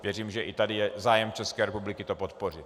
Věřím, že i tady je zájem České republiky to podpořit.